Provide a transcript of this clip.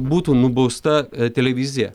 būtų nubausta televizija